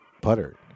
putter